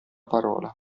parola